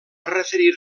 referir